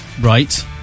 right